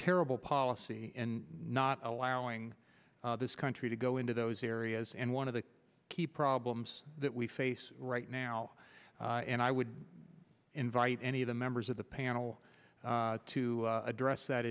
terrible policy in not allowing this country to go into those areas and one of the key problems that we face right now and i would invite any of the members of the panel to address that